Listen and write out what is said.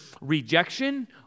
rejection